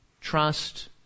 trust